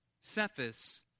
Cephas